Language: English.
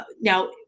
Now